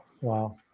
Wow